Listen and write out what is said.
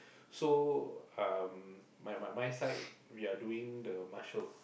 so um my my my side we are doing the marshal